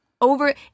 over